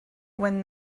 when